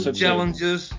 challenges